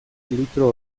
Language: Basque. litro